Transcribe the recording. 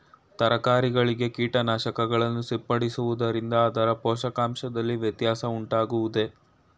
ತರಕಾರಿಗಳಿಗೆ ಕೀಟನಾಶಕಗಳನ್ನು ಸಿಂಪಡಿಸುವುದರಿಂದ ಅದರ ಪೋಷಕಾಂಶದಲ್ಲಿ ವ್ಯತ್ಯಾಸ ಉಂಟಾಗುವುದೇ?